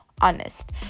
honest